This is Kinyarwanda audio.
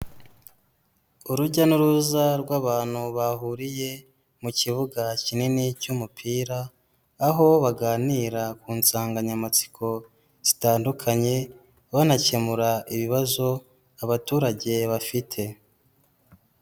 Urujya n'uruza rw'abantu bahuriye mu kibuga kinini cy'umupira, aho baganira ku nsanganyamatsiko zitandukanye banakemura ibibazo abaturage bafite.